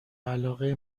علاقه